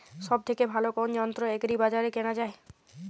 সব থেকে ভালো কোনো যন্ত্র এগ্রি বাজারে কেনা যায়?